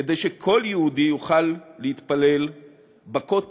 כדי שכל יהודי יוכל להתפלל בכותל.